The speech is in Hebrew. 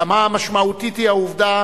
כמה משמעותית היא העובדה